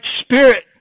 spirit